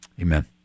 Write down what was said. amen